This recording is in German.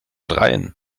dreien